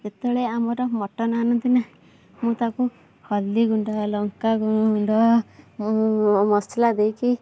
ଯେତେବେଳେ ଆମର ମଟନ୍ ଆଣନ୍ତି ନା ମୁଁ ତାକୁ ହଳଦୀ ଗୁଣ୍ଡ ଲଙ୍କା ଗୁଣ୍ଡ ଓ ମସଲା ଦେଇକି